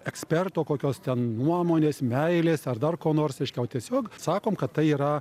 eksperto kokios ten nuomonės meilės ar dar ko nors reiškia o tiesiog sakom kad tai yra